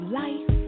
life